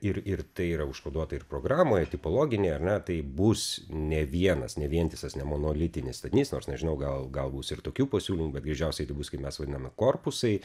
ir ir tai yra užkoduota ir programoj tipologinėje ne tai bus ne vienas ne vientisas ne monolitinis statinys nors nežinau gal gal bus ir tokių pasiūlymų bet greičiausiai tai bus kaip mes vadiname korpusai